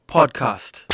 Podcast